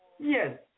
Yes